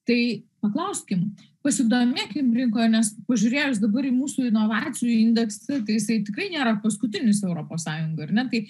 tai paklauskim pasidomėkim rinkoje nes pažiūrėjus dabar į mūsų inovacijų indeksą tai jisai tikrai nėra paskutinis europos sąjungoj ar ne tai